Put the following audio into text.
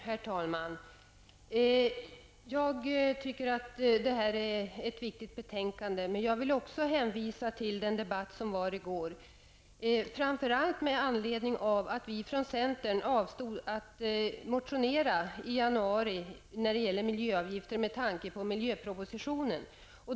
Herr talman! Jag tycker att detta är ett viktigt betänkande, men jag vill också hänvisa till den debatt som var i går. Vi i centern avstod från att motionera i januari när det gällde miljöavgifter med tanke på miljöpropositionen.